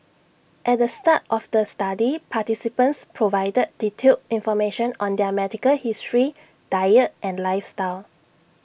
at the start of the study participants provided detailed information on their medical history diet and lifestyle